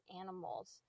animals